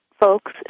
folks